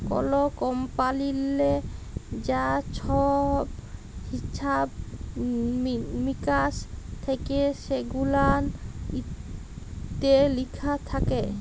call কমপালিললে যা ছহব হিছাব মিকাস থ্যাকে সেগুলান ইত্যে লিখা থ্যাকে